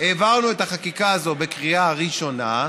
העברנו את החקיקה הזאת בקריאה ראשונה,